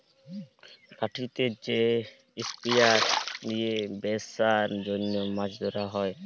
লাঠিতে যে স্পিয়ার দিয়ে বেপসার জনহ মাছ ধরে